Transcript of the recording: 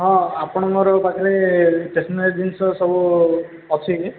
ହଁ ଆପଣଙ୍କର ପାଖରେ ଷ୍ଟେସନାରୀ ଜିନିଷ ସବୁ ଅଛି କି